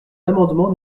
l’amendement